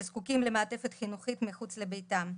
שזקוקים למעטפת חינוכית מחוץ לביתם.